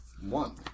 One